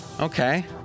Okay